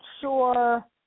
sure –